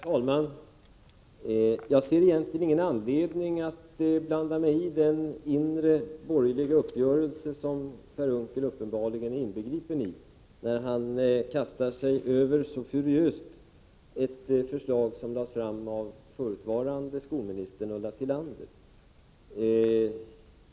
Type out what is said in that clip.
Herr talman! Jag ser egentligen ingen anledning att blanda mig i den inre borgerliga uppgörelse som Per Unckel uppenbarligen är inbegripen i när han så furiöst kastar sig över ett förslag som lagts fram av förutvarande skolministern Ulla Tillander.